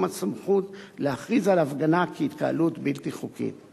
הסמכות להכריז על הפגנה כהתקהלות בלתי חוקית.